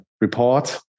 report